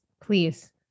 please